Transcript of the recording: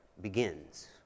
begins